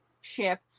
ship